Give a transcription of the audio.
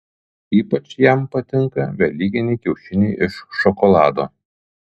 ypač jam patinka velykiniai kiaušiniai iš šokolado